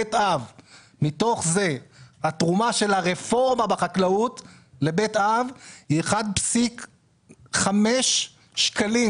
מתוך זה התרומה של הרפורמה בחקלאות לבית אב היא 1.5 שקלים,